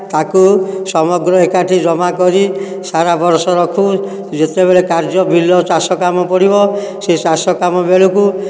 ତାକୁ ସମଗ୍ର ଏକାଠି ଜମା କରି ସାରା ବର୍ଷ ରଖୁ ଯେତେବେଳେ କାର୍ଯ୍ୟ ବିଲ ଚାଷକାମ ପଡ଼ିବ ସେହି ଚାଷ କାମ ବେଳକୁ